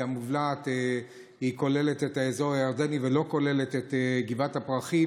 כי המובלעת כוללת את האזור הירדני ולא כוללת את גבעת הפרחים,